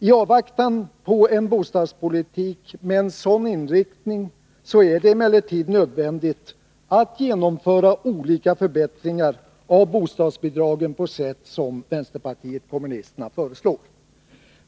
I avvaktan på en bostadspolitik med en sådan inriktning är det emellertid nödvändigt att genomföra olika förbättringar av bostadsbidragen på sätt som vpk föreslår.